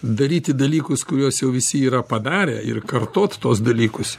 daryti dalykus kuriuos jau visi yra padarę ir kartot tuos dalykus